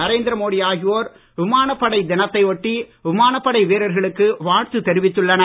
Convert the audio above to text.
நரேந்திரமோடி ஆகியோர் விமானப்படை தினத்தை ஒட்டி விமானப்படை வீரர்களுக்கு வாழ்த்து தெரிவித்துள்ளனர்